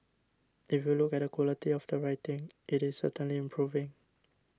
if you look at the quality of the writing it is certainly improving